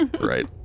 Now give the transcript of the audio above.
Right